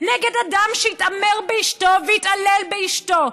נגד אדם שהתעמר באשתו והתעלל באשתו,